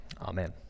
Amen